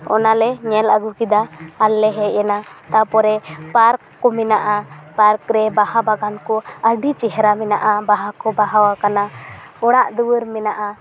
ᱚᱱᱟ ᱞᱮ ᱧᱮᱞ ᱟᱜᱩ ᱠᱮᱫᱟ ᱟᱨᱞᱮ ᱦᱮᱡ ᱮᱱᱟ ᱛᱟᱯᱚᱨᱮ ᱯᱟᱨᱠ ᱠᱚ ᱢᱮᱱᱟᱜᱼᱟ ᱯᱟᱨᱠ ᱨᱮ ᱵᱟᱦᱟ ᱵᱟᱜᱟᱱ ᱠᱚ ᱟᱹᱰᱤ ᱪᱮᱦᱮᱨᱟ ᱢᱮᱱᱟᱜᱼᱟ ᱵᱟᱦᱟ ᱠᱚ ᱵᱟᱦᱟᱣᱟᱠᱟᱱᱟ ᱚᱲᱟᱜ ᱫᱩᱭᱟᱹᱨ ᱢᱮᱱᱟᱜᱼᱟ